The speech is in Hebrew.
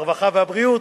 הרווחה והבריאות,